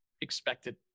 expected